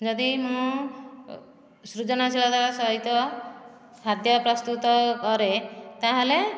ଯଦି ମୁଁ ସୃଜନଶୀଳତାର ସହିତ ଖାଦ୍ୟ ପ୍ରସ୍ତୁତ କରେ ତା'ହେଲେ